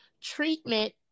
treatment